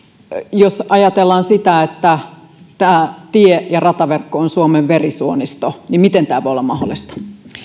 jos ajatellaan sitä että tie ja rataverkko on suomen verisuonisto niin miten tämä voi olla mahdollista